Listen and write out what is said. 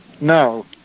No